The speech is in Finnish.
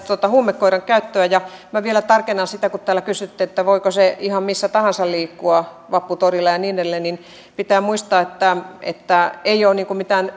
huumekoiran käytöstä ja minä vielä tarkennan sitä kun täällä kysyttiin että voiko se ihan missä tahansa liikkua vapputoreilla ja niin edelleen että pitää muistaa että että ei ole mitään